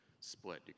split